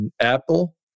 Apple